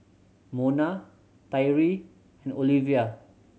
Mona Tyree and Oliva